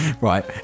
right